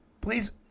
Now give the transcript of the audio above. please